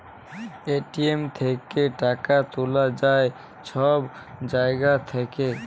ATM থ্যাইকে টাকা তুলা যায় ছব জায়গা থ্যাইকে